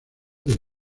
del